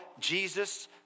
Jesus